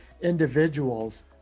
individuals